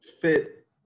fit